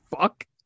Fuck